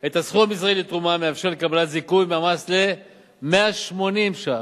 את הסכום המזערי לתרומה המאפשר קבלת זיכוי מהמס ל-180 שקלים,